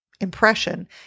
impression